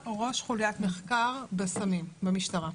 חוליית מחקר וסמים במשטרה.